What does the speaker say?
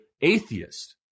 atheist